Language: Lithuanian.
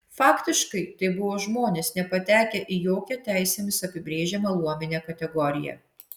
faktiškai tai buvo žmonės nepatekę į jokią teisėmis apibrėžiamą luominę kategoriją